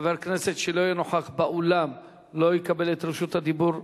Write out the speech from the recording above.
חבר כנסת שלא יהיה נוכח באולם לא יקבל את רשות הדיבור,